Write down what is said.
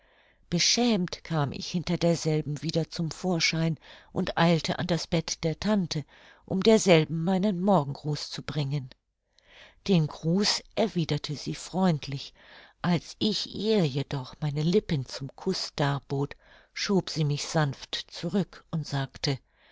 beschämt kam ich hinter derselben wieder zum vorschein und eilte an das bett der tante um derselben meinen morgengruß zu bringen den gruß erwiderte sie freundlich als ich ihr jedoch meine lippen zum kuß darbot schob sie mich sanft zurück und sagte